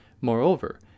Moreover